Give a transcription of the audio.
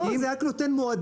לא, זה רק נותן מועדים.